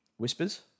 Whispers